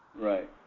Right